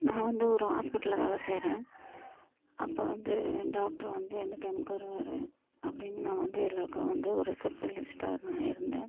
நான் வந்து ஒரு ஹாஸ்பிட்டலில் வேலை செய்கிறேன் அப்போ வந்து டாக்டரு வந்து எந்த டைமுக்கு வருவார் அப்படின்னு நான் வந்து எல்லோருக்கும் வந்து ஒரு ரிசப்ஷனிஸ்ட்டாக நான் இருந்தேன்